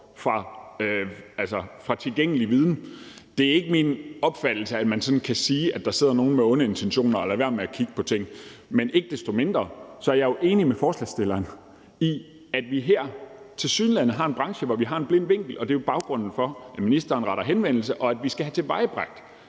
fra tilgængelig viden. Det er ikke min opfattelse, at man sådan kan sige, at der sidder nogen med onde intentioner og lader være med at kigge på ting. Men ikke desto mindre er jeg jo enig med ordføreren for forslagsstillerne i, at vi her tilsyneladende har en branche, hvor vi har en blind vinkel. Det er jo baggrunden for, at ministeren retter henvendelse, og at vi skal have tilvejebragt